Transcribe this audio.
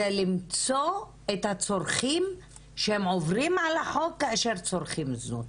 זה למצוא את הצורכים שהם עוברים על החוק כאשר הם צורכים זנות.